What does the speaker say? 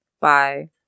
bye